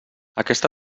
aquesta